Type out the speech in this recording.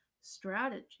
strategy